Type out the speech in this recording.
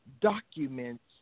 documents